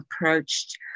approached